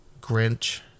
Grinch